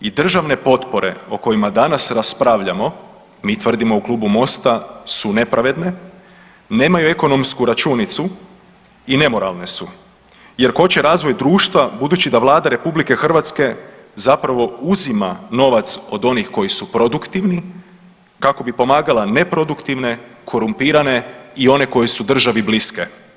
I državne potpore o kojima danas raspravljamo mi tvrdimo u Klubu Mosta su nepravedne, nemaju ekonomsku računicu i nemoralne su jer koče razvoj društva budući da Vlada RH zapravo uzima novac od onih koji su produktivni kako bi pomagala neproduktivne, korumpirane i one koji su državi bliske.